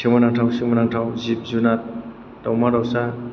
सोमोनांथाव सोमोनांथाव जिब जुनार दावमा दावसा